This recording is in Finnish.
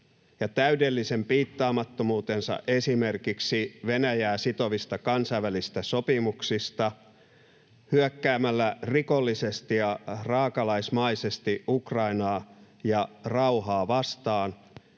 ja täydellisen piittaamattomuutensa esimerkiksi Venäjää sitovista kansainvälisistä sopimuksista hyökkäämällä rikollisesti ja raakalaismaisesti Ukrainaa ja rauhaa vastaan